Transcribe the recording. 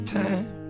time